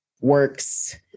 works